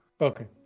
Okay